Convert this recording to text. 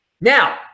Now